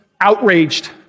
outraged